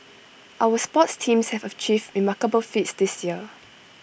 our sports teams have achieved remarkable feats this year